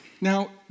Now